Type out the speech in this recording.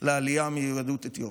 לעלייה של יהדות אתיופיה.